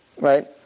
right